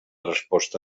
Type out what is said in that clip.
resposta